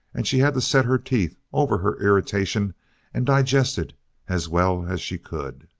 and she had to set her teeth over her irritation and digest it as well as she could.